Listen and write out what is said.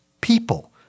people